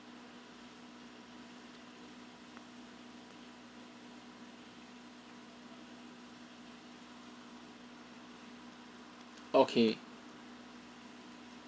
okay